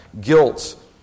guilt